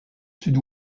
sud